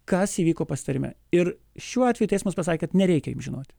kas įvyko pasitarime ir šiuo atveju teismas pasakė kad nereikia jum žinot